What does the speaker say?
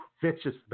vicious